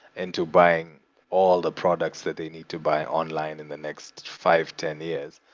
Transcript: into buying all the products that they need to buy online in the next five, ten years,